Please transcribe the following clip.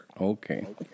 Okay